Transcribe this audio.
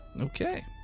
Okay